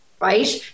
right